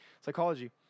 psychology